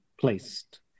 placed